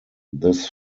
this